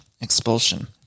Expulsion